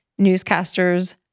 newscasters